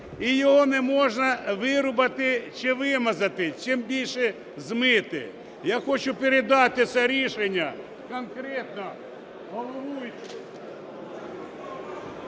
і його не можна вирубати чи вимазати, тим більше змити. Я хочу передати це рішення конкретно головуючому…